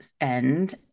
end